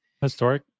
historic